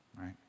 Right